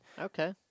Okay